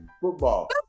football